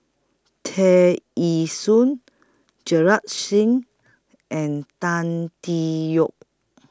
Tear Ee Soon Singh and Tan Tee Yoke